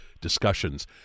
discussions